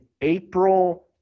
April